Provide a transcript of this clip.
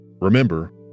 Remember